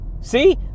See